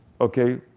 Okay